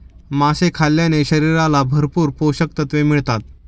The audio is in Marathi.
मासे खाल्ल्याने शरीराला भरपूर पोषकतत्त्वे मिळतात